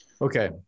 Okay